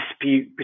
dispute